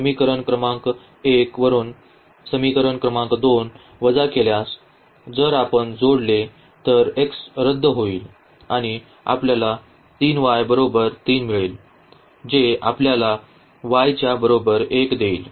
समीकरण क्रमांक 1 वरून समीकरण क्रमांक 2 वजा केल्यास जर आपण जोडले तर x रद्द होईल आणि आपल्याला बरोबर 3 मिळेल जे आपल्याला y च्या बरोबर 1 देईल